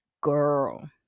girl